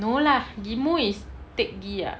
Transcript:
no lah ghim moh is teck ghee ah